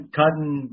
cutting